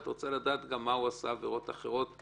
את רוצה לדעת גם מה העבירות האחרות שהוא עשה,